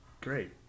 great